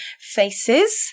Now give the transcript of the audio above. faces